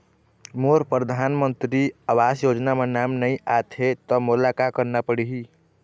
मोर परधानमंतरी आवास योजना म नाम नई आत हे त मोला का करना पड़ही?